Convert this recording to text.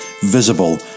visible